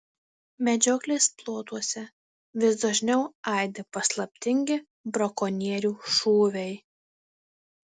medžioklės plotuose vis dažniau aidi paslaptingi brakonierių šūviai